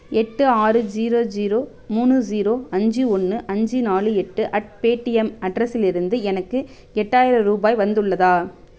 எட்டு ஆறு zero zero மூணு ஜீரோ அஞ்சு ஒன்று அஞ்சு நாலு எட்டு அட் பேடீஎம் அட்ரஸிலிருந்து எனக்கு எட்டாயிரம் ரூபாய் வந்துள்ளதா